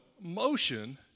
motion